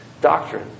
doctrine